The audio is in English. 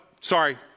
sorry